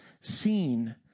seen